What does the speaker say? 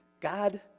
God